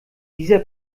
dieser